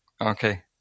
Okay